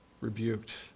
rebuked